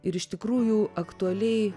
ir iš tikrųjų aktualiai